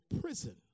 prison